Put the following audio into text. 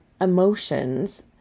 emotions